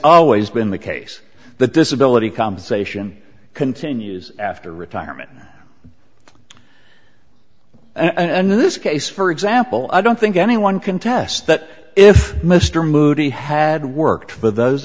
always been the case that disability compensation continues after retirement and in this case for example i don't think anyone contests that if mr moody had worked for those